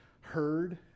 heard